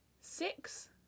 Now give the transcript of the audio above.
six